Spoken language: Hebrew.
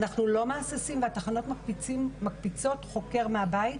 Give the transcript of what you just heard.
אנחנו לא מהססים והתחנות מקפיצות חוקר מהבית,